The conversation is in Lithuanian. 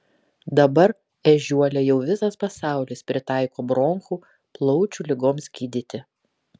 dabar ežiuolę jau visas pasaulis pritaiko bronchų plaučių ligoms gydyti